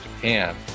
Japan